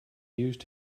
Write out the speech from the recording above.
used